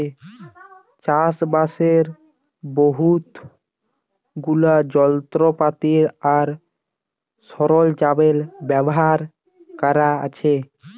চাষবাসের বহুত গুলা যলত্রপাতি আর সরল্জাম ব্যাভার ক্যরা হ্যয়